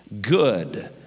good